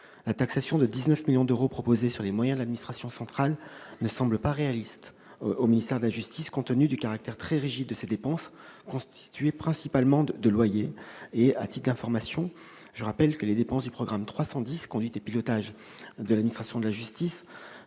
une taxation de 19 millions d'euros sur les moyens de l'administration centrale. Cela ne semble pas réaliste au ministère de la justice, compte tenu du caractère très rigide des dépenses considérées, constituées principalement de loyers. À titre d'information, je rappelle que les dépenses du programme 310, « Conduite et pilotage de la politique de la justice